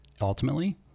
Ultimately